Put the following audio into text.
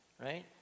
right